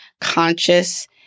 conscious